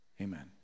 Amen